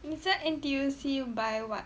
你在 N_T_U_C buy what